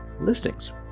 listings